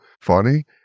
funny